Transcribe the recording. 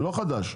לא חדש,